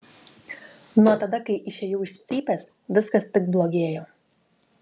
nuo tada kai išėjau iš cypės viskas tik blogėjo